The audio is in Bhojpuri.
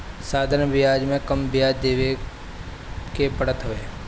साधारण बियाज में कम बियाज देवे के पड़त हवे